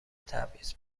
تبعیض